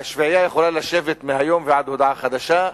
השביעייה יכולה לשבת מהיום ועד להודעה חדשה.